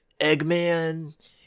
Eggman